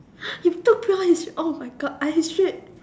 you took pure history oh my god I history